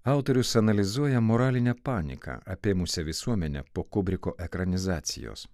autorius analizuoja moralinę paniką apėmusią visuomenę po kubriko ekranizacijos